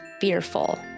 fearful